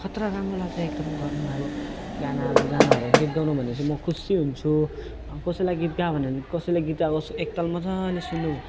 खतरा राम्रो लाग्छ एकदम गर्नु अब गाना अब गानाहरू गीत गाउनु भनेपछि म खुसी हुन्छु कसैलाई गीत गा भन्यो भने कसैले गीत गाएको एकताल मजाले सुन्नु